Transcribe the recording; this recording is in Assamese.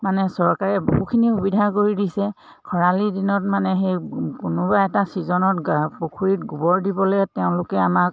মানে চৰকাৰে বহুখিনি সুবিধা কৰি দিছে খৰালিৰ দিনত মানে সেই কোনোবা এটা ছিজনত গা পুখুৰীত গোবৰ দিবলৈ তেওঁলোকে আমাক